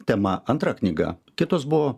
tema antra knyga kitos buvo